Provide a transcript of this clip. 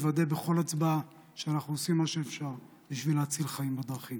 לוודא בכל הצבעה שאנחנו עושים מה שאפשר בשביל להציל חיים בדרכים.